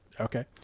Okay